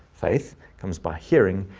faith comes by hearing,